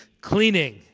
cleaning